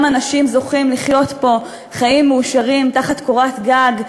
אנשים זוכים לחיות פה חיים מאושרים תחת קורת-גג,